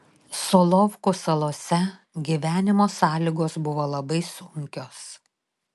solovkų salose gyvenimo sąlygos buvo labai sunkios